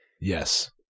Yes